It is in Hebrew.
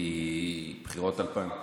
יש פה שרת חינוך, אולי היא תארגן לך.